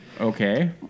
Okay